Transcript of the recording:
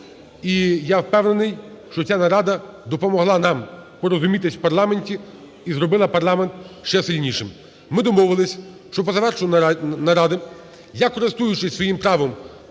І я впевнений, що ця нарада допомогла нам порозумітись в парламенті і зробила парламент ще сильнішим. Ми домовились, що по завершенню наради я, користуючись своїм правом